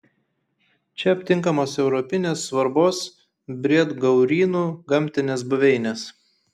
čia aptinkamos europinės svarbos briedgaurynų gamtinės buveinės